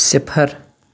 صِفر